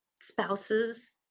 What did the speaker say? spouses